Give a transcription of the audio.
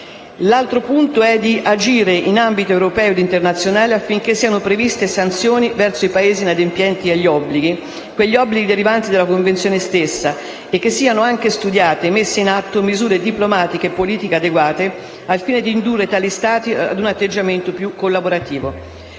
Si propone poi di agire in ambito europeo e internazionale affinché siano previste sanzioni verso i Paesi inadempienti agli obblighi derivanti dalla Convenzione stessa e siano anche studiate e messe in atto misure diplomatiche e politiche adeguate al fine di indurre tali Stati a un atteggiamento più collaborativo.